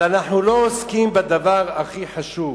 אבל אנחנו לא עוסקים בדבר הכי חשוב: